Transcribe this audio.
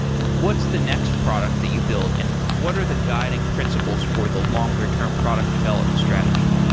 what's the next product that you build and what are the guiding principles for the longer-term product development strategy?